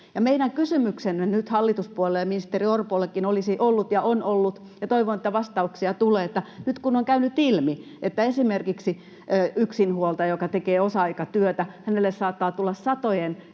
Meidän kysymyksemme nyt hallituspuolueille ja ministeri Orpollekin olisi ollut ja on ollut — ja toivon, että vastauksia tulee — että nyt kun on käynyt ilmi, että esimerkiksi yksinhuoltajalle, joka tekee osa-aikatyötä, saattaa tulla satojen